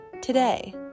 Today